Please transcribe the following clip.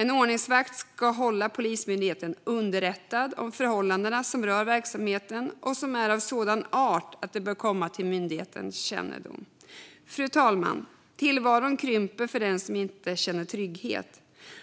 En ordningsvakt ska hålla Polismyndigheten underrättad om förhållanden som rör verksamheten och som är av sådan art att de bör komma till myndighetens kännedom. Fru talman! Tillvaron krymper för den som inte känner trygghet.